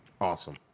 Awesome